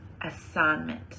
assignment